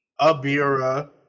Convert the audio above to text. Abira